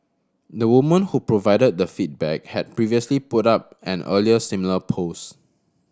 the woman who provided the feedback had previously put up an earlier similar post